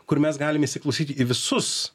kur mes galim įsiklausyti į visus